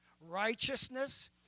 righteousness